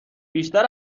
بیشتر